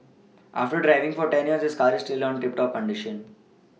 after driving for ten years his car is still on tip top condition